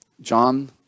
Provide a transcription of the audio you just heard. John